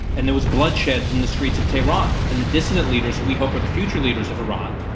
and there was bloodshed in the streets of tehran. and the dissident leaders we hope are the future leaders of iran,